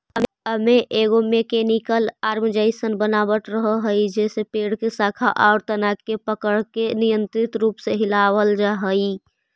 एमे एगो mechanical arm जइसन बनावट रहऽ हई जेसे पेड़ के शाखा आउ तना के पकड़के नियन्त्रित रूप से हिलावल जा हई